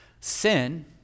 Sin